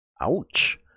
Ouch